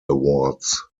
awards